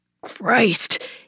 Christ